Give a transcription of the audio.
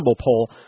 poll